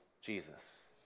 Jesus